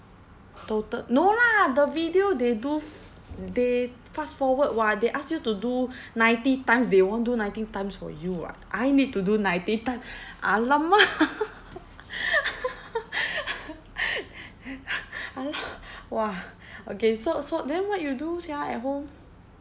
total no lah the video they do f~ they fast forward [what] they ask you to do ninety times they won't do ninety times for you [what] I need to do ninety times !alamak! !alah! !wah! okay so so then what you do sia at home